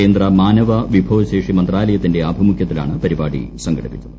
കേന്ദ്ര മാനവ വിഭവശേഷി മന്ത്രാലയത്തിന്റെ ആഭിമുഖ്യത്തിലാണ് പരിപാടി സംഘടിപ്പിച്ചത്